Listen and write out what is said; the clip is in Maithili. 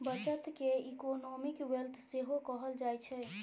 बचत केँ इकोनॉमिक वेल्थ सेहो कहल जाइ छै